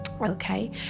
okay